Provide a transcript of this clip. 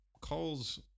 calls